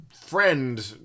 friend